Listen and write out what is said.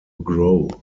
grow